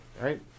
right